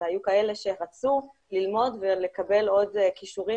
היו כאלה שרצו ללמוד ולקבל עוד כישורים